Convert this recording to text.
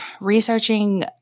Researching